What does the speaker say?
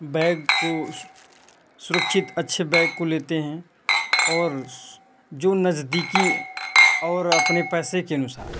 bag को सुरक्षित अच्छे बैग को लेते हैं और जो नज़दीकी और अपने पैसे के अनुसार